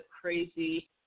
crazy